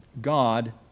God